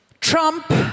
Trump